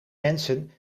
mensen